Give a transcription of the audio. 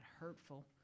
hurtful